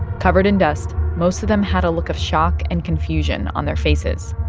covered in dust. most of them had a look of shock and confusion on their faces.